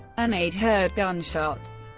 an aide heard gunshots.